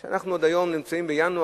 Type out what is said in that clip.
אנחנו היום בפברואר,